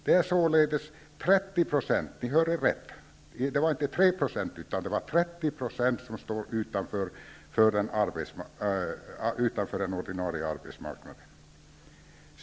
Det är således 30 %-- ni hörde rätt, det var inte 3 % utan 30 %-- som står utanför den ordinarie arbetsmarknaden.